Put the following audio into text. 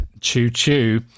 choo-choo